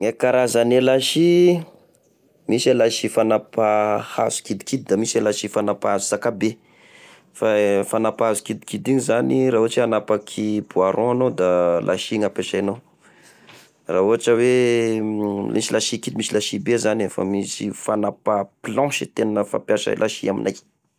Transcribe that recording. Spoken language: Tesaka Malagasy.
E karazany e lasy misy e lasy fanapaha hazo kidikidy da misy lasy fanapaha hazo zakabe. fa e fanapaha hazo kidikidy igny zany laha ohatra hanapaky bois rond agnao da lasy gn'apesainao, raha ohatra hoe misy lasy kidy, misy lasy be zany e, fa misy fanapaha planche e tegna fampiasa e lasy aminay.